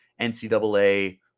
NCAA